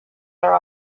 are